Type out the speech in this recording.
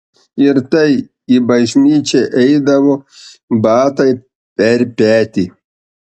ir tai į bažnyčią eidavo batai per petį